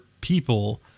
people